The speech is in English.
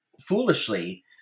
foolishly